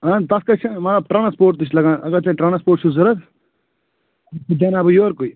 اَہن تَتھ مطلب ٹرٛانٛسپورٹ تہِ چھُ لَگان اگر تۄہہِ ٹرٛانٛسپورٹ چھُو ضروٗرت دیاوناو بہٕ یورٕکُے